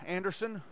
Anderson